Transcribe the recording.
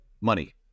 money